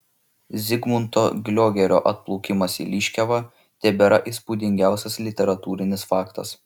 zigmunto gliogerio atplaukimas į liškiavą tebėra įspūdingiausias literatūrinis faktas